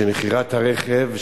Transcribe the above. במכירת הרכב,